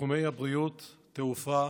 בתחומי הבריאות, התעופה,